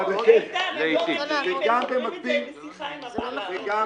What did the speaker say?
ברוב המקרים הם סוגרים זאת בשיחה עם בעל הרכב העבריין.